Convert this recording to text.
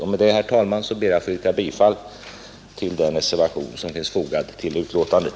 Med detta, herr talman, ber jag att få yrka bifall till den reservation som finns fogad till betänkandet.